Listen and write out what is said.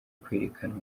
kwerekanwa